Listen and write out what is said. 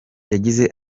yagize